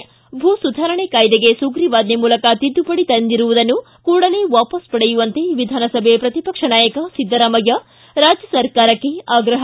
ು ಭೂ ಸುಧಾರಣೆ ಕಾಯಿದೆಗೆ ಸುಗ್ರೀವಾಜ್ಞೆ ಮೂಲಕ ತಿದ್ದುಪಡಿ ತಂದಿರುವುದನ್ನು ಕೂಡಲೇ ವಾವಸ್ ಪಡೆಯುವಂತೆ ವಿಧಾನಸಭೆ ಪ್ರತಿಪಕ್ಷ ನಾಯಕ ಸಿದ್ದರಾಮಯ್ಯ ರಾಜ್ಯ ಸರ್ಕಾರಕ್ಕೆ ಆಗ್ರಹ